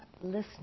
listening